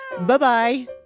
Bye-bye